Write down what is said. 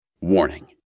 Warning